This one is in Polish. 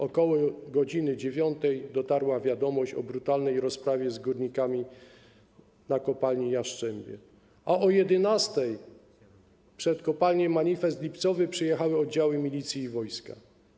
Ok. godz. 9 dotarła wiadomość o brutalnej rozprawie z górnikami w kopalni Jastrzębie, a o godz. 11 przed kopalnię Manifest Lipcowy przyjechały oddziały milicji i wojska.